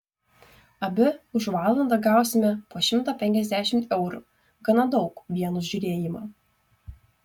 abi už valandą gausime po šimtą penkiasdešimt eurų gana daug vien už žiūrėjimą